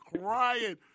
crying